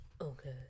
Okay